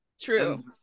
true